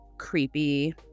creepy